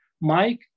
Mike